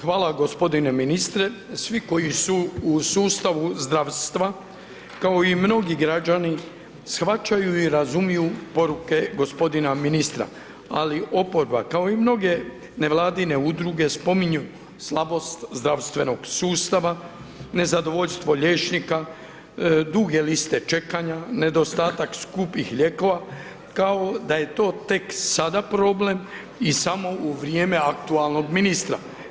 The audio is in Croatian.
Hvala gospodine ministre, svi koji su u sustavu zdravstva kao i mnogi građani shvaćaju i razumiju poruke gospodina ministra, ali oporba kao i mnoge nevladine udruge spominju slabost zdravstvenog sustava, nezadovoljstvo liječnika, duge liste čekanja, nedostatak skupih lijekova, kao da je to tek sada problem i samo u vrijeme aktualnog ministra.